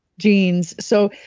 genes. so,